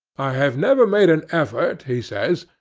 i have never made an effort, he says,